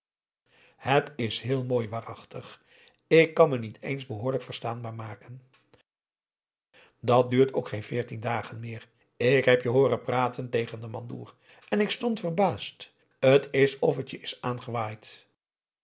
het is heel mooi waarachtig ik kan me niet eens behoorlijk verstaanbaar maken dat duurt ook geen veertien dagen meer ik heb je hooren praten tegen den mandoer en ik stond verbaasd het is of t je is aangewaaid